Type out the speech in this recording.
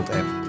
app